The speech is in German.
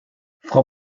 frau